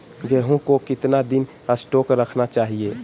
गेंहू को कितना दिन स्टोक रखना चाइए?